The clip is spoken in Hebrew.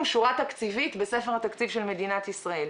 שורה תקציבית בספר התקציב של מדינת ישראל.